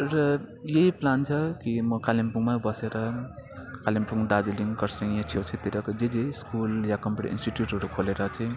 र यही प्लान छ कि म कालिम्पोङमै बसेर कालिम्पोङ दार्जिलिङ खरसाङ यो छेउछाउतिरको जे जे स्कुल या कम्प्युटर इन्स्टिट्युटहरू खोलेर चाहिँ